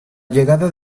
llegada